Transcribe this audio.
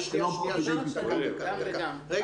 אני